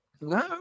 No